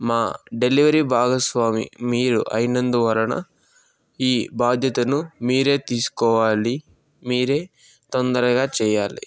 మా డెలివరీ భాగస్వామి మీరు అయినందు వలన ఈ భాద్యతను మీరే తీసుకోవాలి మీరే తొందరగా చేయాలి